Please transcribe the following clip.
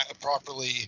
properly